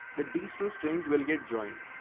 the ds two strings will get joined.